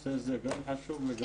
הנושא הזה גם חשוב וגם דחוף.